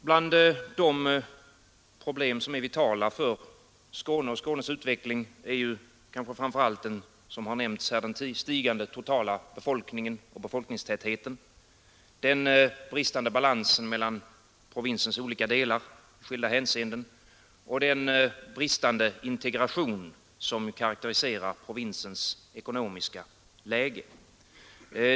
Bland de problem som är vitala för Skåne och dess utveckling är kanske framför allt, som nämnts här, den stigande totala befolkningen och befolkningstätheten, den i skilda hänseenden bristande balansen mellan provinsens olika delar och den bristande integration som karakteriserar provinsens ekonomiska läge.